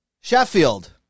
Sheffield